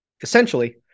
Essentially